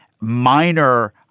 minor